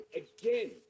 again